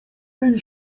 tej